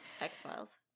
X-Files